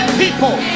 people